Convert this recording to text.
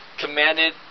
commanded